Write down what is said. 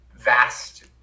vast